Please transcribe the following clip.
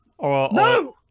No